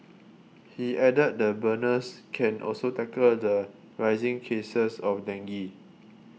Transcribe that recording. he added the burners can also tackle the rising cases of dengue